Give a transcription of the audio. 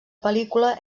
pel·lícula